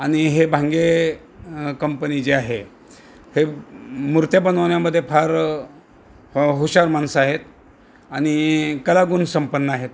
आणि हे भांगे कंपनी जे आहे हे मूर्त्या बनवण्यामध्ये फार ह हुशार माणसं आहेत आणि कलागुण संपन्न आहेत